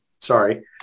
sorry